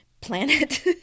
Planet